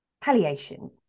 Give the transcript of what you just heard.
Palliation